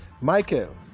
Michael